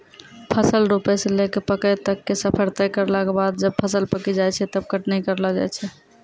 फसल रोपै स लैकॅ पकै तक के सफर तय करला के बाद जब फसल पकी जाय छै तब कटनी करलो जाय छै